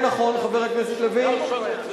כן נכון, חבר הכנסת לוין.